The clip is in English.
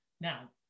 Now